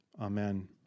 Amen